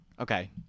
Okay